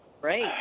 great